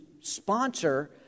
sponsor